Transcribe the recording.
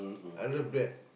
I love that